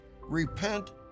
repent